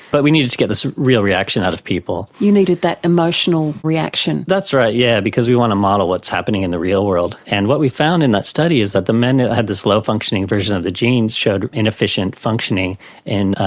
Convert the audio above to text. but we needed to get this real reaction out of people. you needed that emotional reaction. that's right, yes, yeah because we want to model what's happening in the real world. and what we found in that study is that the men who had this low functioning version of the gene showed inefficient functioning in,